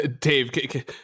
Dave